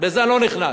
לזה אני לא נכנס.